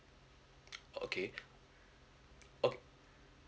okay okay